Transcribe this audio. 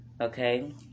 Okay